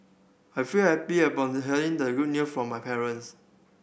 I felt happy upon the hearing the good new from my parents